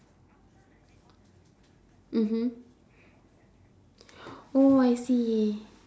mmhmm oh I see